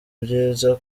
byiza